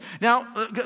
Now